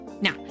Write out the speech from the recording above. Now